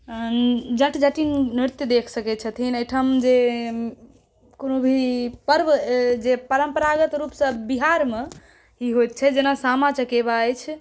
जट जटिन नृत्य देख सकै छथिन अइठाम जे कोनो भी पर्व जे परम्परागत रूपसँ बिहार मऽ ई होयत छै जेनाकि सामा चकेवा अछि